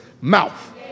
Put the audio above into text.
mouth